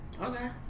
Okay